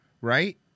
right